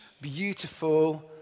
beautiful